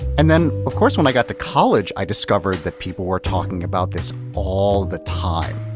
and then of course when i got to college, i discovered that people were talking about this all the time.